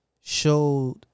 showed